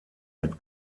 mit